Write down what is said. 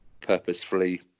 purposefully